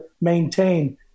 maintain